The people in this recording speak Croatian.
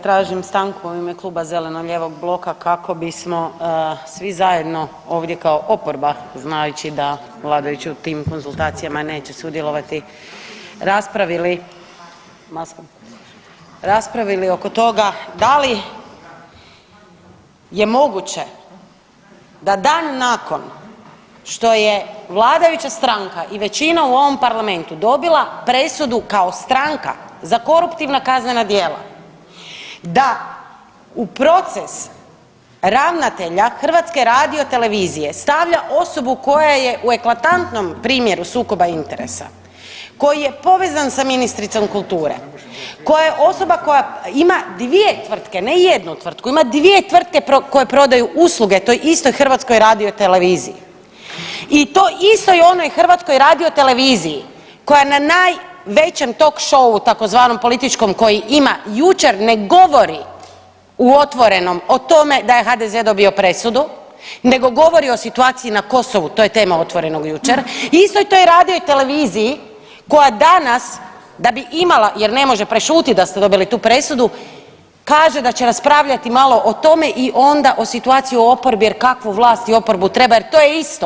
Tražim stanku u ime Kluba zeleno-lijevog bloka kako bismo svi zajedno ovdje kao oporba znajući da vladajući u tim konzultacijama neće sudjelovati, raspravili, raspravili oko toga da li je moguće da dan nakon što je vladajuća stranka i većina u ovom parlamentu dobila presudu kao stranka za koruptivna kaznena djela da u proces ravnatelja HRT-a stavlja osobu koja je u eklatantnom primjeru sukoba interesa, koji je povezan sa ministricom kulture, koji je osoba koja ima dvije tvrtke, ne jednu tvrtku, ima dvije tvrtke koje prodaju usluge toj istoj HRT-u i to istoj onoj HRT-u koja na najvišem tock shou tzv. političkom koji ima jučer ne govori u Otvorenom o tome da je HDZ dobio presudu nego govori o situaciji na Kosovu, to je tema Otvorenog jučer i istoj toj radio i televiziji koja danas da bi imala jer ne može prešutit da ste dobili tu presudu, kaže da će raspravljati malo o tome i onda o situaciji u oporbi jer kakvu vlast i oporbu treba jer to je isto.